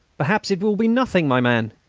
perhaps it will be nothing, my man.